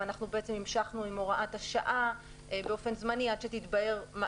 והמשכנו עם הוראת השעה באופן זמני עד שיתבהר.